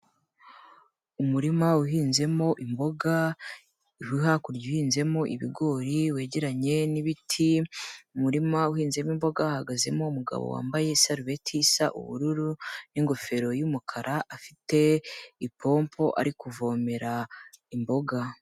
Umurima uhinzemo imboga, uri hakurya uhinzemo ibigori wegeranye n'ibiti, umurima uhinzemo imboga hahagazemo umugabo wambaye isalubeti isa ubururu n'ingofero y'umukara, afite ipompo ari kuvomera imboga.